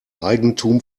eigentum